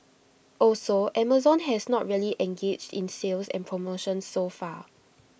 also Amazon has not really engaged in sales and promotions so far